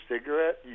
cigarette